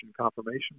confirmation